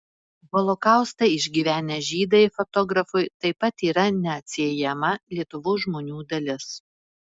holokaustą išgyvenę žydai fotografui taip pat yra neatsiejama lietuvos žmonių dalis